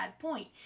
Point